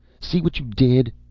see what you did?